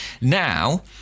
Now